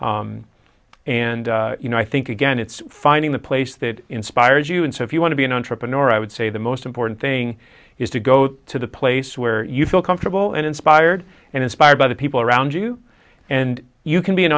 and you know i think again it's finding the place that inspires you and so if you want to be an entrepreneur i would say the most important thing is to go to the place where you feel comfortable and inspired and inspired by the people around you and you can be an